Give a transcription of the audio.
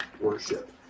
worship